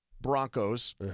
Broncos